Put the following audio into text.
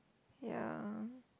ya